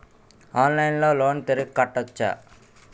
ఆన్లైన్లో లోన్ తిరిగి కట్టోచ్చా?